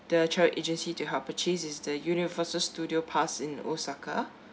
the travel agency to help purchase is the universal studio pass in osaka